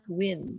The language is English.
win